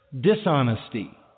dishonesty